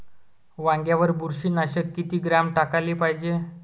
वांग्यावर बुरशी नाशक किती ग्राम टाकाले पायजे?